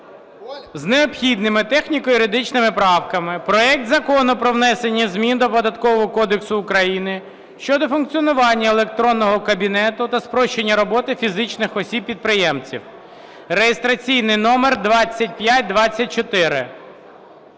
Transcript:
з необхідними техніко-юридичними правками проект Закону про внесення змін до Податкового кодексу України щодо функціонування електронного кабінету та спрощення роботи фізичних осіб-підприємців (реєстраційний номер 2524).